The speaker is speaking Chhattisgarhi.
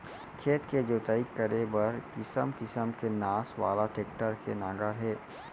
खेत के जोतई करे बर किसम किसम के नास वाला टेक्टर के नांगर हे